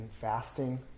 fasting